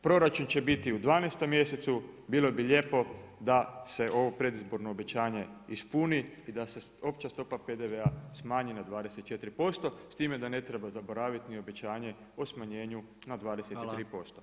Proračun će biti u 12. mjesecu bilo bi lijepo da se ovo predizborno obećanje ispuni i da se opća stopa PDV-a smanji na 24% s time da ne treba zaboraviti ni obećanje o smanjenju na 23%